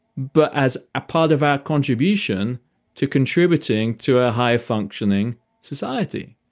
but as a part of our contribution to contributing to our high functioning society.